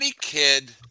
kid